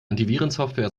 antivirensoftware